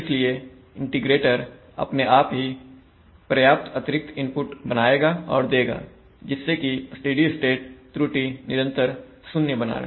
इसलिए इंटीग्रेटर अपने आप ही पर्याप्त अतिरिक्त इनपुट बनाएगा और देगा जिससे कि स्टेडी स्टेट त्रुटि निरंतर 0 बना रहे